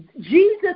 Jesus